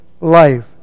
life